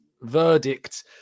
verdict